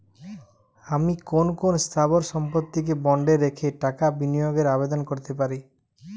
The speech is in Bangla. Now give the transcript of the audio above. আমি কোন কোন স্থাবর সম্পত্তিকে বন্ডে রেখে টাকা বিনিয়োগের আবেদন করতে পারি?